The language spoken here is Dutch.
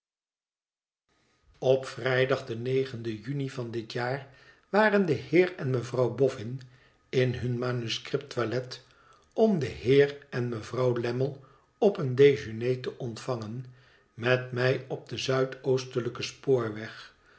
op vrijdag den negenden juni van dit jaar waren de heer en mevrouw boffin in hun manuscript toilet om den heer en mevrouw lammie op een déjeuner te ontvangen met mij op den zuidoostelij ken spoorweg